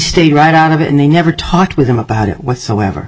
stayed right out of it and they never talked with him about it whatsoever